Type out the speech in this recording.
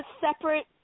separate